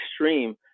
extreme